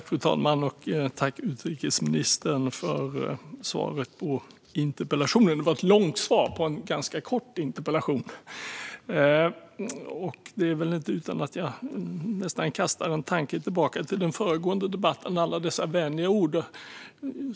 Fru talman! Tack, utrikesministern, för svaret på interpellationen! Det var ett långt svar på en ganska kort interpellation. Det är väl inte utan att jag nästan kastar en tanke tillbaka till den föregående debatten med alla dessa vänliga ord.